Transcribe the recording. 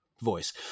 voice